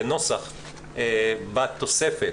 כנוסח בתוספת,